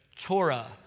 Torah